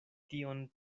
tion